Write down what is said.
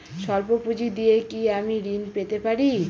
সল্প পুঁজি দিয়ে কি আমি ঋণ পেতে পারি?